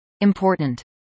Important